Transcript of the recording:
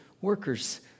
workers